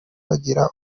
bagira